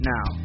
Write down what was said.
Now